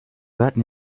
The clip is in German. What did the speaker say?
warten